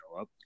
up